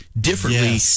differently